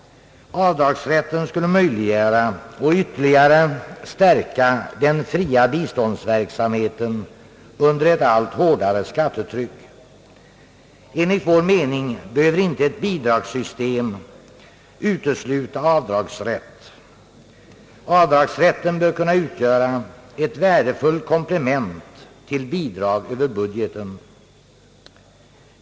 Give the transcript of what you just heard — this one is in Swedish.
Avdragsrätt skulle möjliggöra och ytterligare stärka den fria biståndsverksamheten under ett allt hårdare skattetryck. Enligt vår mening behöver inte ett bidragssystem utesluta avdragsrätt. Avdragsrätten bör kunna utgöra ett värdefullt komplement till bidrag över budgeten.